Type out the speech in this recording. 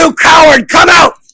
so coward cut out?